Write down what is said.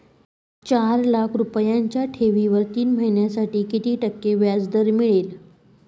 चार लाख रुपयांच्या ठेवीवर तीन महिन्यांसाठी किती टक्के व्याजदर मिळेल?